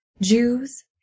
Jews